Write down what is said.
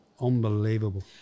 Unbelievable